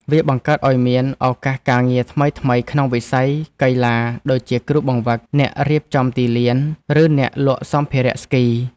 វាបង្កើតឱ្យមានឱកាសការងារថ្មីៗក្នុងវិស័យកីឡា ដូចជាគ្រូបង្វឹក អ្នករៀបចំទីលាន ឬអ្នកលក់សម្ភារៈស្គី។